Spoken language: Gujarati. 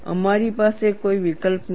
અમારી પાસે કોઈ વિકલ્પ નહોતો